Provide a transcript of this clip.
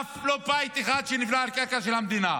אף לא בית אחד לא נבנה על קרקע של המדינה.